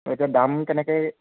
এতিয়া দাম কেনেকৈ